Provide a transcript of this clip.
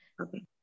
okay